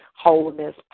wholeness